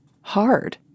hard